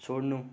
छोड्नु